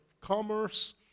commerce